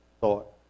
thought